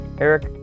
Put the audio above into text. Eric